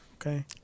Okay